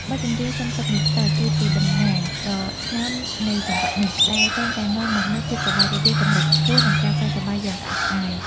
បទចម្រៀង សុំទឹកមួយផ្តិល គឺជាតំណាងដ៏ឆ្នើមនៃចង្វាក់នេះ ដែលតែងតែនាំមកនូវភាពសប្បាយរីករាយកម្រិតខ្ពស់ និងការសើចសប្បាយយ៉ាងក្អាកក្អាយ។